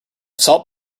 salt